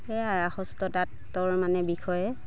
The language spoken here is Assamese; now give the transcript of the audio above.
সেয়াই আৰু হস্ততাঁতৰ মানে বিষয়ে